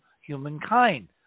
humankind